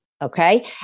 Okay